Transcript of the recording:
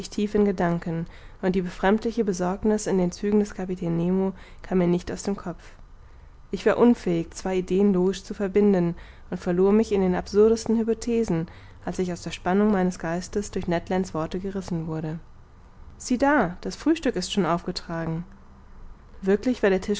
tief in gedanken und die befremdliche besorgniß in den zügen des kapitäns nemo kam mir nicht aus dem kopf ich war unfähig zwei ideen logisch zu verbinden und verlor mich in den absurdesten hypothesen als ich aus der spannung meines geistes durch ned lands worte gerissen wurde sieh da das frühstück ist schon aufgetragen